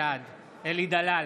בעד אלי דלל,